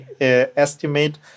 estimate